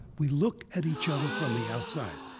we look at each other from the outside.